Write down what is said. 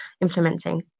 implementing